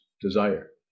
desire